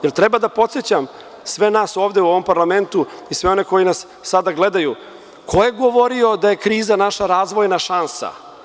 Da li treba da podsećam sve nas ovde u ovom parlamentu i sve one koji nas sada gledaju ko je govorio da je kriza naša razvojna šansa?